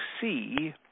see